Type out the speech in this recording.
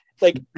like-